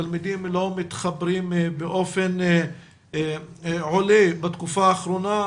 התלמידים לא מתחברים באופן עולה בתקופה האחרונה,